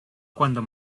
cuando